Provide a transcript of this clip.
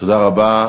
תודה רבה.